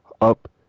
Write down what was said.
up